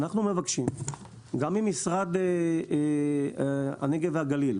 אנחנו מבקשים גם ממשרד הנגב והגליל,